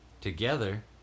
together